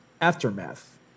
Aftermath